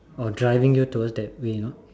or driving you towards that way you know